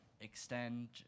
extend